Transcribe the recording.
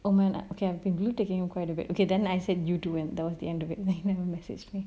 oh man okay I've been blue ticking quite a bit okay then I said you too and that was the end of it then he never message me